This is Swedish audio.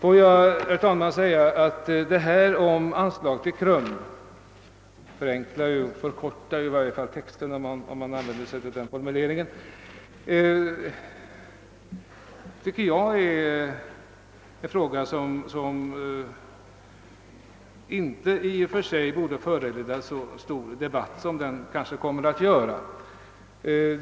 Yrkandet om anslag till KRUM — det förkortar ju framställningen avsevärt om jag använder den beteckningen — tycker jag är en fråga som inte i och för sig borde föranleda så stor debatt som den kanske kommer att göra.